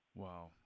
Wow